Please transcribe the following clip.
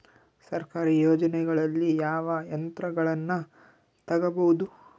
ಸರ್ಕಾರಿ ಯೋಜನೆಗಳಲ್ಲಿ ಯಾವ ಯಂತ್ರಗಳನ್ನ ತಗಬಹುದು?